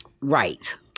Right